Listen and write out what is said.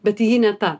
bet ji ne ta